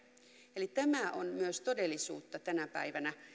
eli tämä on myös todellisuutta tänä päivänä